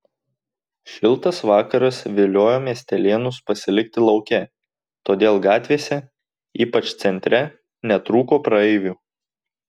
šiltas vakaras viliojo miestelėnus pasilikti lauke todėl gatvėse ypač centre netrūko praeivių